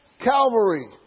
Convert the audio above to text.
Calvary